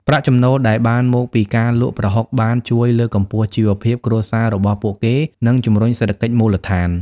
ប្រាក់ចំណូលដែលបានមកពីការលក់ប្រហុកបានជួយ លើកកម្ពស់ជីវភាព គ្រួសាររបស់ពួកគេ និងជំរុញសេដ្ឋកិច្ចមូលដ្ឋាន។